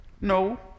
No